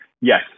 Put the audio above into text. Yes